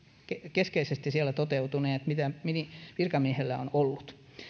keskeisesti siellä toteutuneet mitä virkamiehellä on ollut